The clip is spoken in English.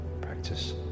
practice